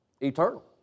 eternal